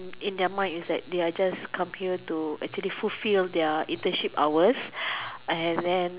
in in their mind it's like they are just come here to actually fulfill their internship hours and then